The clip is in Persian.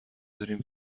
داریم